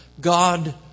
God